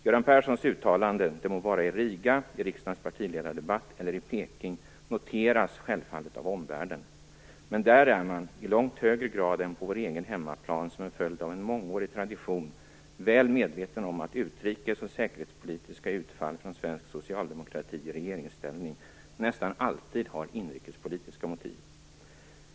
Göran Perssons uttalanden - det må vara i Riga, i riksdagens partiledardebatt eller i Peking - noteras självfallet av omvärlden. Men där är man i långt högre grad än på vår egen hemmaplan, som en följd av en mångårig tradition, väl medveten om att utrikes och säkerhetspolitiska utspel från svensk socialdemokrati i regeringsställning nästan alltid har inrikespolitiska motiv.